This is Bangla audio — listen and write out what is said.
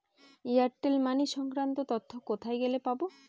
এয়ারটেল মানি সংক্রান্ত তথ্য কোথায় গেলে পাব?